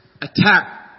attack